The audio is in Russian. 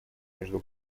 между